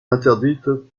interdites